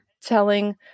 telling